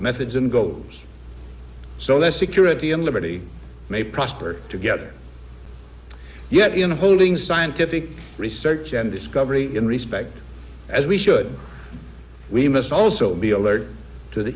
go so that security and liberty may prosper together yet in holding scientific research and discovery in respect as we should we must also be alert to